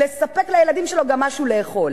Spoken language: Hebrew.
לספק לילדים שלו גם משהו לאכול?